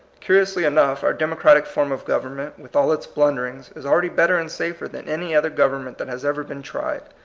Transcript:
curiously enough, our democratic form of government, with all its blunderings, is already better and safer than any other government that has ever been tried.